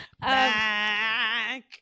back